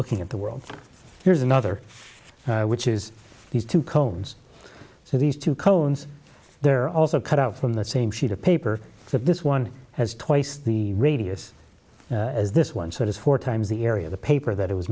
looking at the world here's another which is these two combs so these two cones they're also cut out from the same sheet of paper but this one has twice the radius as this one so it is four times the area of the paper that it was